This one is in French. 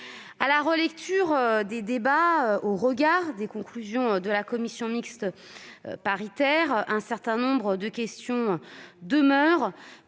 À l'issue de nos débats, au regard des conclusions de la commission mixte paritaire, un certain nombre de questions demeurent